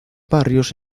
barrios